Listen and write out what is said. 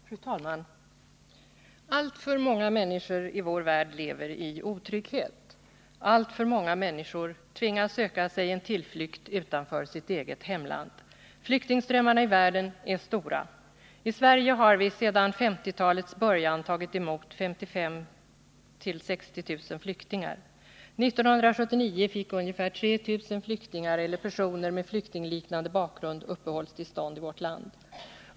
Fru talman! Alltför många människor i vår värld lever i otrygghet, alltför många människor tvingas söka sig en tillflykt utanför sitt eget hemland. Flyktingströmmarna i världen är stora. I Sverige har vi sedan 1950-talets början tagit emot 55 000-60 000 flyktingar. År 1979 fick ungefär 3 000 flyktingar eller personer med flyktingliknande bakgrund uppehållstillstånd i vårt land.